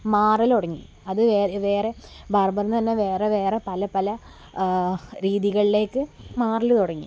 മാറലൊടങ്ങി അത് വേറെ ബാർബറെന്നന്നെ വേറെ വേറെ പല പല രീതികളിലേക്കു മാറൽ തുടങ്ങി